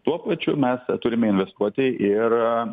tuo pačiu mes turime investuoti ir